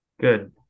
good